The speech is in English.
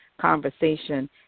conversation